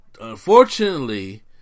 unfortunately